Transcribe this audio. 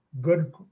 good